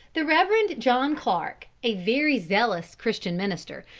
the reverend john clark, a very zealous christian minister,